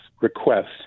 request